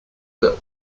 that